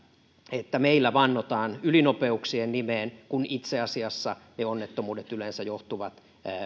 että meillä vannotaan ylinopeuksien vähentämisen nimeen kun itse asiassa ne onnettomuudet yleensä johtuvat